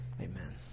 Amen